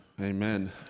Amen